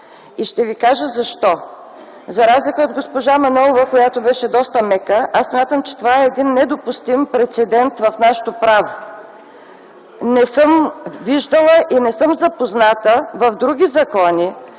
И ще ви кажа защо. За разлика от госпожа Манолова, която беше доста мека, смятам, че това е един недопустим прецедент в нашето право. Не съм виждала и не съм запозната в други закони